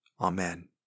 Amen